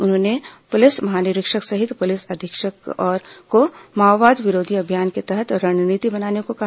उन्होंने पुलिस महानिरीक्षक सहित पुलिस अधीक्षक को माओवाद विरोधी अभियान के तहत रणनीति बनाने को कहा